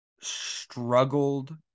struggled